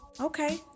Okay